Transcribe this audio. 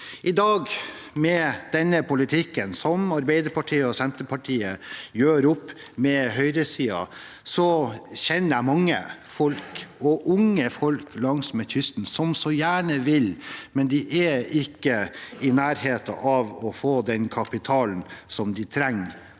Med denne politikken Arbeiderpartiet og Senterpartiet gjør opp med høyresiden i dag, kjenner jeg mange folk – også unge folk – langsmed kysten som så gjerne vil, men de er ikke i nærheten av å få den kapitalen de trenger